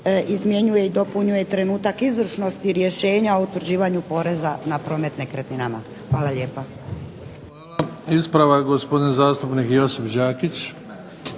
izmjenjuje i dopunjuje trenutak izvršnosti rješenja u utvrđivanju poreza na promet nekretninana. Hvala lijepa. **Bebić, Luka (HDZ)** Hvala. Ispravak gospodin zastupnik Josip Đakić.